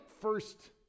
first